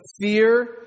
fear